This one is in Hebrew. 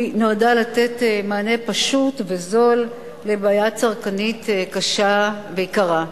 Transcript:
היא נועדה לתת מענה פשוט וזול לבעיה צרכנית קשה ויקרה.